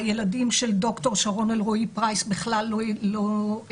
הילדים של דוקטור שרון אלרעי פרייס בכלל לא התחסנו.